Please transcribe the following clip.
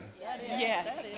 yes